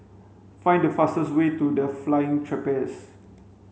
find the fastest way to The Flying Trapeze